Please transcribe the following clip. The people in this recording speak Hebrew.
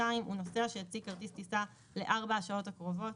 הוא נוסע שהציג כרטיס טיסה ל-4 השעות הקרובות,